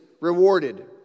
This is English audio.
rewarded